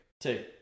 two